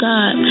God